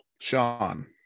Sean